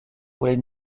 voulait